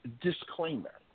disclaimer